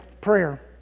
prayer